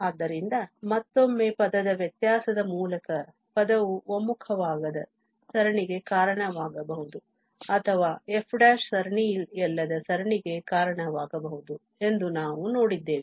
ಆದ್ದರಿಂದ ಮತ್ತೊಮ್ಮೆ ಪದದ ವ್ಯತ್ಯಾಸದ ಮೂಲಕ ಪದವು ಒಮ್ಮುಖವಾಗದ ಸರಣಿಗೆ ಕಾರಣವಾಗಬಹುದು ಅಥವಾ f ಸರಣಿಯಲ್ಲದ ಸರಣಿಗೆ ಕಾರಣವಾಗಬಹುದು ಎಂದು ನಾವು ನೋಡಿದ್ದೇವೆ